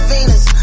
Venus